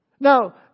Now